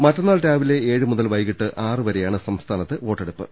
മറ്റന്നാൾ രാവിലെ ഏഴുമുതൽ വൈകിട്ട് ആറുവരെയാണ് സംസ്ഥാനത്ത് വോട്ടെടുപ്പ്